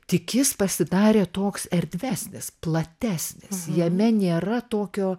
tik jis pasidarė toks erdvesnis platesnis jame nėra tokio